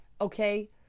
Okay